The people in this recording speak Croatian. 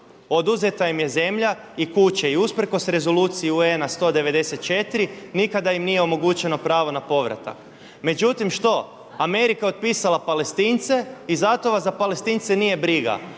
Oduzeta im je zemlja i kuće i usprkos Rezoluciji UN-a 194. nikada im nije omogućeno pravo na povratak. Međutim što? Amerika je otpisala Palestince i zato vas za Palestince nije briga.